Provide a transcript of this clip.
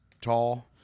tall